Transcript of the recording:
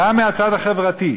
גם מהצד החברתי,